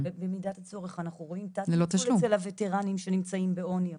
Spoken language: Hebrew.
ובמידת הצורך אנחנו רואים את הטיפול אצל הווטרנים שנמצאים בעוני פה,